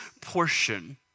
portion